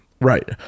right